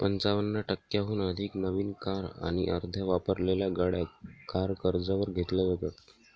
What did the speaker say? पंचावन्न टक्क्यांहून अधिक नवीन कार आणि अर्ध्या वापरलेल्या गाड्या कार कर्जावर घेतल्या जातात